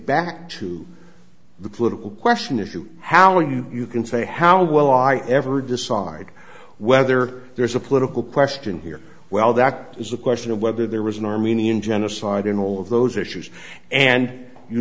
back to the political question if you how are you you can say how will i ever decide whether there's a political question here well that is a question of whether there was an armenian genocide in all of those issues and you